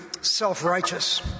self-righteous